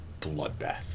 bloodbath